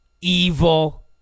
evil